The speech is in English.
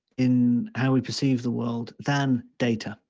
in how we perceive the world than data,